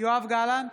יואב גלנט,